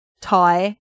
tie